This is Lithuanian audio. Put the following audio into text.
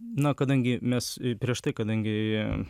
na kadangi mes prieš tai kadangi